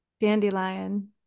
dandelion